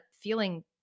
feeling